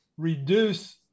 reduce